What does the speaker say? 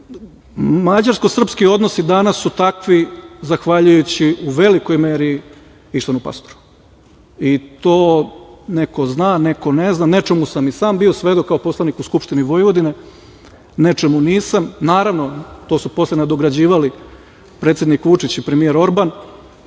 Mađarsko-srpski odnosi danas su takvi zahvaljujući, u velikoj meri, Ištvanu Pastoru i to neko zna, neko ne zna, nečemu sam i sam bio svedok, kao poslanik u Skupštini Vojvodine, nečemu nisam. Naravno, to se posle nadograđivali predsednik Vučić i premijer Orban